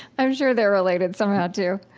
i'm sure they're related somehow too.